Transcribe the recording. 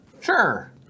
Sure